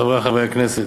חברי חברי הכנסת,